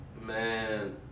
man